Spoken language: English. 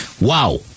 Wow